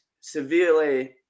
severely